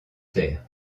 terre